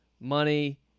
money